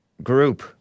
group